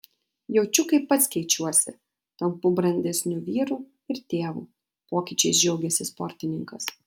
jaučiu kaip pats keičiuosi tampu brandesniu vyru ir tėvu pokyčiais džiaugėsi sportininkas